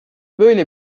böyle